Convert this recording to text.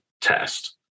test